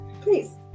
Please